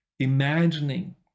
Imagining